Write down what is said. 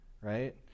right